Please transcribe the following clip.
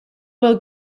will